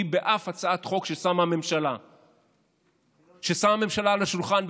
באף הצעת חוק ששמה הממשלה על השולחן,